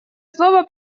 слово